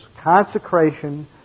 consecration